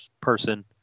person